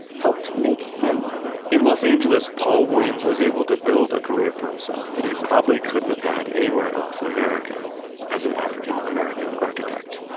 helped make him in los angeles, paul williams was able to build a career for himself that he probably couldn't have had anywhere else in america as an african-american architect